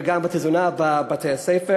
וגם בתזונה בבתי-הספר.